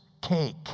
cake